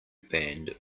banned